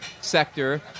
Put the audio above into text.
sector